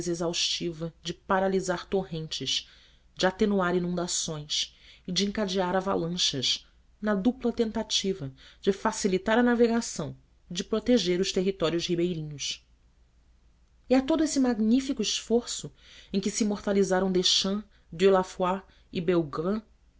exaustiva de paralisar torrentes de atenuar inundações e de encadear avalanchas na dupla tentativa de facilitar a navegação e de proteger os territórios ribeirinhos e todo esse magnífico esforço em que se imortalizaram deschamps dieulafoy e belgrand